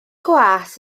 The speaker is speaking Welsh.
gwas